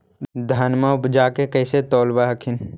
धनमा उपजाके कैसे तौलब हखिन?